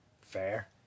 Fair